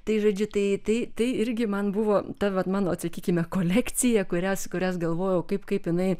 tai žodžiu tai tai tai irgi man buvo ta vat mano sakykime kolekcija kurias kurias galvojau kaip kaip jinai